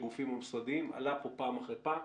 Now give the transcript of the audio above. שגופים המוסדיים עלה פה פעם אחר פעם.